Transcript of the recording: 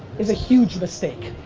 is a huge mistake.